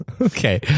Okay